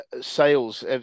sales